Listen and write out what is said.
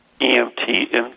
EMT